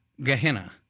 Gehenna